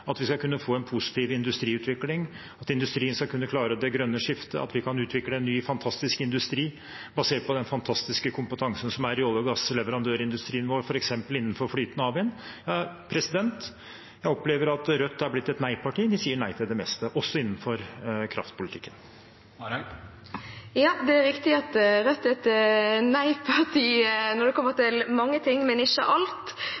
at vi skal kunne få en positiv industriutvikling, at industrien skal kunne klare det grønne skiftet, og at vi kan utvikle ny fantastisk industri basert på den fantastiske kompetansen som er i olje- og gassleverandørindustrien vår, f.eks. innenfor flytende havvind. Jeg opplever at Rødt er det blitt et nei-parti. De sier nei til det meste, også innenfor kraftpolitikken. Det er riktig at Rødt er et nei-parti når det kommer til mange ting, men ikke alt.